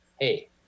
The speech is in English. Hey